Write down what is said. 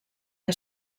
que